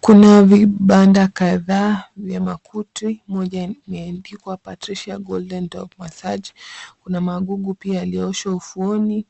Kuna vibanda kadhaa vya makuti moja imeandikwa (cs)Patrishia Golden Doc massage(cs). Kuna magugu pia yalioshwa ufuoni